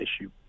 issue